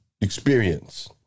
experience